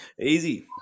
Easy